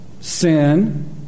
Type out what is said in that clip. sin